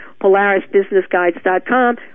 polarisbusinessguides.com